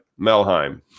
Melheim